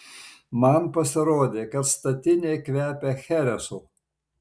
man pasirodė kad statinė kvepia cheresu